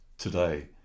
today